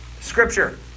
Scripture